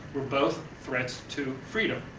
were both threats to freedom.